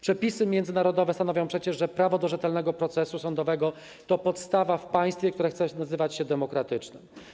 Przepisy międzynarodowe stanowią przecież, że prawo do rzetelnego procesu sądowego to podstawa w państwie, które chce nazywać się demokratycznym.